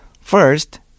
First